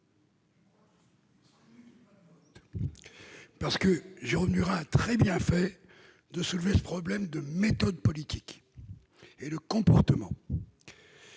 de vote. Jérôme Durain a très bien fait de soulever ce problème de méthode politique et de comportement,